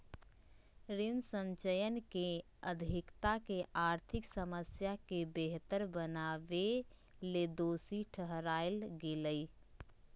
ऋण संचयन के अधिकता के आर्थिक समस्या के बेहतर बनावेले दोषी ठहराल गेलय